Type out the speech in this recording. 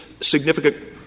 significant